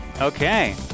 Okay